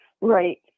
Right